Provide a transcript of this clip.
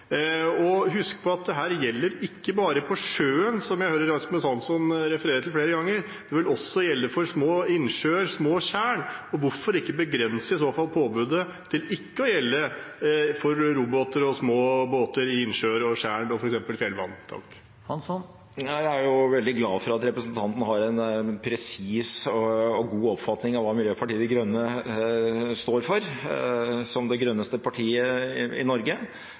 at dette gjelder ikke bare på sjøen, som jeg hører Rasmus Hansson referere til flere ganger, det vil også gjelde for små innsjøer og små tjern. Hvorfor ikke i alle fall begrense påbudet til ikke å gjelde for robåter og små båter i innsjøer, tjern og f.eks. fjellvann? Jeg er veldig glad for at representanten har en presis og god oppfatning av hva Miljøpartiet De Grønne står for som det grønneste partiet i Norge.